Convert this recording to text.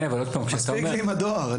מספיק לי עם הדואר.